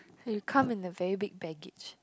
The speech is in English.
when you come in a very big baggage